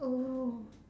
oh